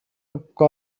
ابق